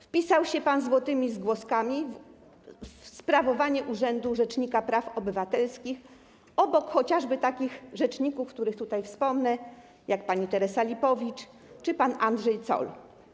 Wpisał się pan złotymi zgłoskami w sprawowanie urzędu rzecznika praw obywatelskich obok chociażby takich rzeczników, o których tutaj wspomnę, jak pani Teresa Lipowicz czy pan Andrzej Zoll.